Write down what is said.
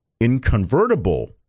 Inconvertible